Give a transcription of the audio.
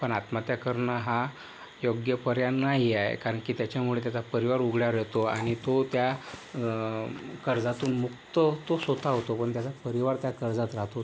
पण आत्महत्या करणं हा योग्य पर्याय नाही आहे कारण की त्याच्यामुळे त्याचा परिवार उघड्यावर येतो आणि तो त्या कर्जातून मुक्त तो स्वतः होतो पण त्याचा परिवार त्या कर्जात राहतो